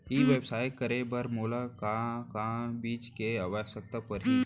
ई व्यवसाय करे बर मोला का का चीज के आवश्यकता परही?